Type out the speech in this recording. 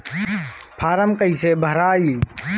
Form कईसे भराई?